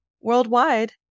worldwide